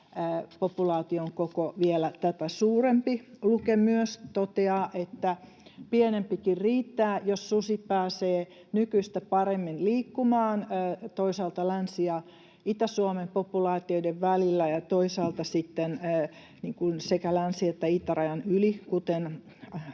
populaation koko vielä tätä suurempi. Luke myös toteaa, että pienempikin riittää, jos susi pääsee nykyistä paremmin liikkumaan toisaalta Länsi- ja Itä-Suomen populaatioiden välillä ja toisaalta sitten sekä länsi- että itärajan yli,